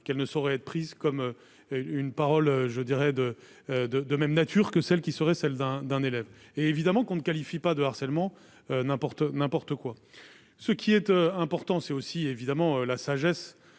qu'elle ne saurait être prise comme une parole, je dirais, de, de, de même nature que celle qui serait celle d'un d'un élève et évidemment qu'on ne qualifie pas de harcèlement n'importe où, n'importe quoi, ce qui était important c'est aussi évidemment la sagesse